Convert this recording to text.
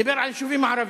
דיבר על היישובים הערביים.